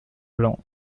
blanc